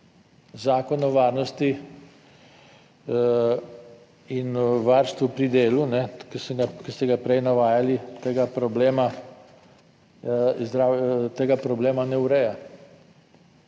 Zakon o varnosti in o varstvu pri delu, ki ste ga prej navajali, tega problema ne ureja.